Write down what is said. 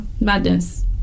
madness